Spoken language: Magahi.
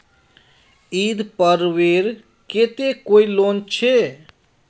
ईद पर्वेर केते कोई लोन छे?